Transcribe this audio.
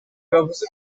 babuza